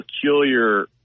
peculiar